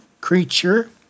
creature